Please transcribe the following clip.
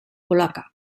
polaca